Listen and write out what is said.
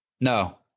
No